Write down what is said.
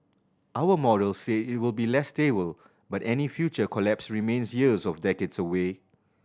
our models say it will be less stable but any future collapse remains years of decades away